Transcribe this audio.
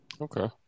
Okay